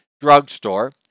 drugstore